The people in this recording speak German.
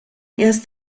erst